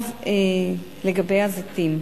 לגבי הזיתים,